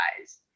guys